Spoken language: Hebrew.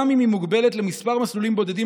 גם אם היא מוגבלת למספר מסלולים בודדים